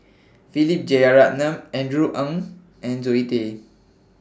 Philip Jeyaretnam Andrew Ang and Zoe Tay